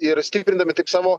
ir stiprindami taip savo